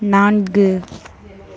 நான்கு